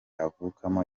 avukamo